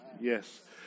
Yes